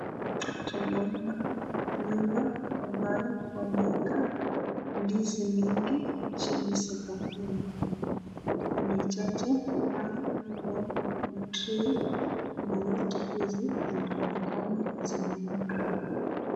Tunaona nyumba ambayo wameweka ndizi mingi chini sakafuni, kuna chache ambayo ziko kwa trai, na yote zinaoneka zimeiva.